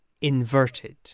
inverted